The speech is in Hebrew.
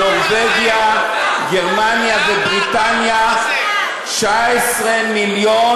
גרמניה ובריטניה 19 מיליון